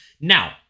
Now